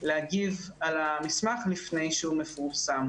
הזה בפועל.